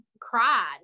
cried